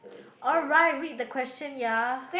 alright read the question ya